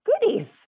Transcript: goodies